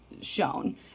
shown